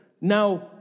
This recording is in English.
now